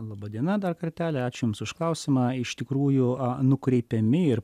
laba diena dar kartelį ačiū jums už klausimą iš tikrųjų ar nukreipiami ir